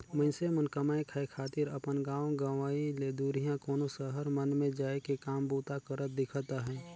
मइनसे मन कमाए खाए खातिर अपन गाँव गंवई ले दुरिहां कोनो सहर मन में जाए के काम बूता करत दिखत अहें